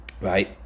right